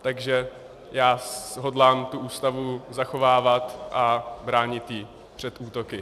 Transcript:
Takže já hodlám tu Ústavu zachovávat a bránit ji před útoky.